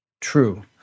True